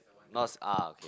not ah are okay